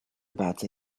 about